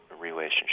relationship